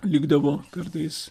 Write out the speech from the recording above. likdavo kartais